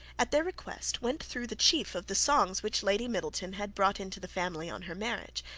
at their request went through the chief of the songs which lady middleton had brought into the family on her marriage,